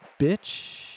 bitch